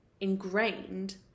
ingrained